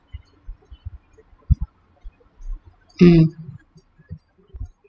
mm